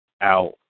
out